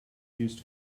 used